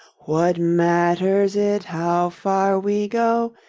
what matters it how far we go?